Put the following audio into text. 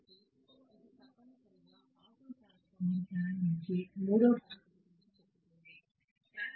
కాబట్టి ఇది తప్పనిసరిగా ఆటో ట్రాన్స్ఫార్మర్ ప్రారంభించే మూడవ పద్ధతి గురించి చెబుతుంది